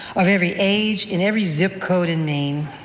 of every age, in every zip code in maine.